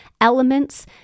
elements